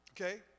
okay